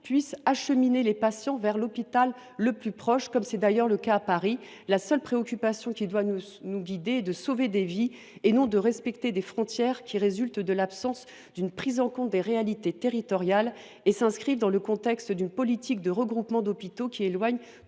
puissent acheminer les patients vers l’hôpital le plus proche, comme c’est d’ailleurs le cas à Paris. La seule préoccupation qui doit nous guider est de sauver des vies, et non de respecter des frontières qui résultent de l’absence de prise en compte des réalités territoriales et s’inscrivent dans le contexte d’une politique de regroupement d’hôpitaux éloignant